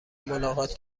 ملاقات